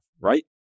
right